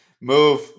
Move